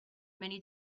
many